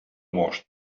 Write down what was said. most